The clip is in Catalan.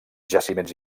jaciments